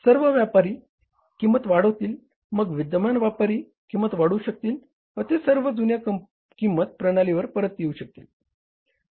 सर्व व्यापारी किंमत वाढवतील मग विद्यमान व्यापारीसुद्धा किंमत वाढवू शकतील व ते सर्व जुन्या किंमत प्रणालीवर परत येऊ शकतील